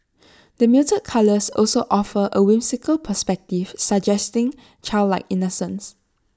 the muted colours also offer A whimsical perspective suggesting childlike innocence